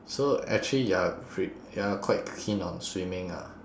so actually you're fr~ you're quite keen on swimming ah